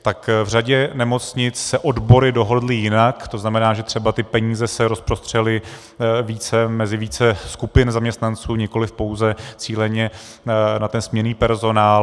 Tak v řadě nemocnic se odbory dohodly jinak, to znamená, že třeba ty peníze se rozprostřely mezi více skupin zaměstnanců, nikoliv pouze cíleně na ten směnný personál.